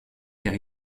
car